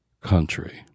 country